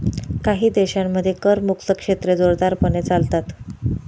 काही देशांमध्ये करमुक्त क्षेत्रे जोरदारपणे चालतात